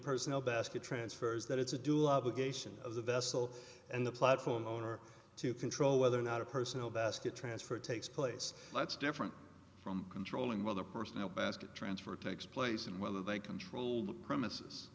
a personal basket transfers that it's a dual obligation of the vessel and the platform owner to control whether or not a personal basket transfer takes place that's different from controlling whether personal basket transfer takes place and whether they control the premises i